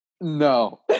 no